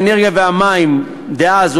האנרגיה והמים דאז,